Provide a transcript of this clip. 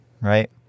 right